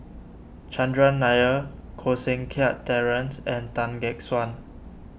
Chandran Nair Koh Seng Kiat Terence and Tan Gek Suan